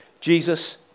Jesus